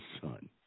son